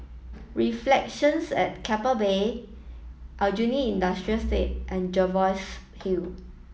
Reflections at Keppel Bay Aljunied Industrial State and Jervois Hill